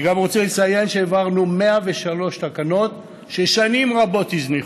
אני גם רוצה לציין שהעברנו 193 תקנות ששנים רבות הזניחו,